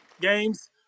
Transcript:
games